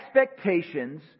expectations